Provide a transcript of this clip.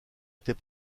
était